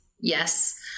Yes